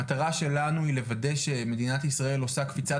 המטרה שלנו היא לוודא שמדינת ישראל עושה קפיצת